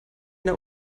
der